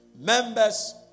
Members